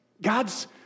God's